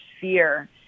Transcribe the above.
fear